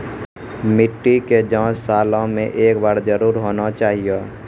मिट्टी के जाँच सालों मे एक बार जरूर होना चाहियो?